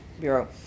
Bureau